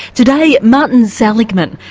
today martin seligman,